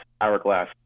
Hourglass